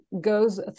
goes